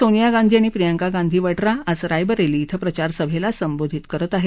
सोनिया गांधी आणि प्रियंका गांधी वड्रा आज रायबरेली बें प्रचार सभेला संबोधित करत आहेत